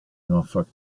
norfolk